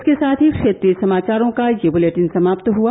इसके साथ ही क्षेत्रीय समाचारों का यह बुलेटिन समाप्त हुआ